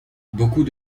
beaucoup